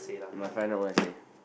you might find out what I say